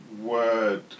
Word